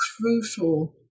crucial